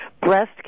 Breast